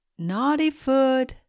Naughtyfoot